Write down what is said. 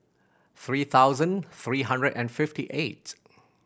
three thousand three hundred and fifty eight